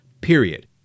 period